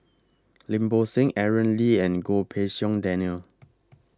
Lim Bo Seng Aaron Lee and Goh Pei Siong Daniel